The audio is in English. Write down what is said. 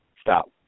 Stop